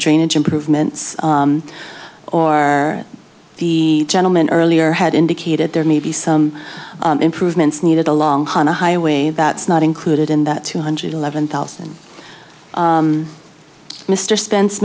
drainage improvements or the gentleman earlier had indicated there may be some improvements needed along on the highway that's not included in that two hundred eleven thousand mr spen